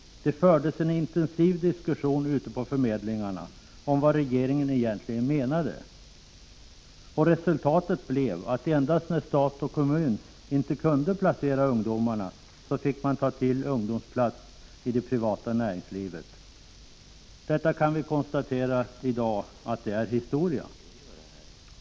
Det fördes en intensiv diskussion ute på förmedlingarna om vad regeringen egentligen menade. Resultatet blev att man fick ta till ungdomsplats i det privata näringslivet endast när stat och kommun inte kunde placera ungdomarna. Detta är i dag historia.